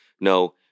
no